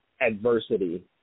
adversity